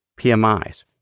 PMIs